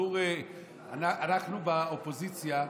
אנחנו באופוזיציה,